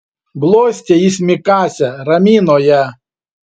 glostė jis mikasę ramino ją